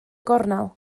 gornel